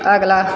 ਅਗਲਾ